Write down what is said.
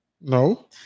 no